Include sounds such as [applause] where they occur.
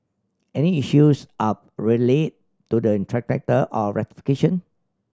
any issues are relayed to the [unintelligible] or rectification